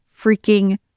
freaking